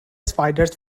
spiders